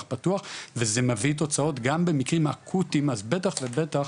פתוח וזה מביא תוצאות גם במקרים אקוטיים אז בטח ובטח